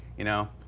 you know.